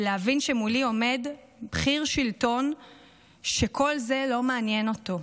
ולהבין שמולי בכיר שלטון שכל זה לא מעניין אותו.